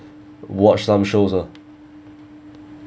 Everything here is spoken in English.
watch some show s ah